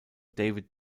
david